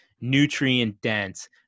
nutrient-dense